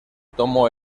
tomó